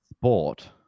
sport